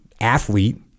athlete